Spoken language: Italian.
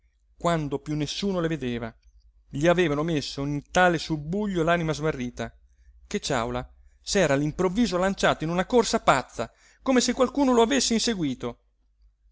quando piú nessuno le vedeva gli avevano messo in tale subbuglio l'anima smarrita che ciàula s'era all'improvviso lanciato in una corsa pazza come se qualcuno lo avesse inseguito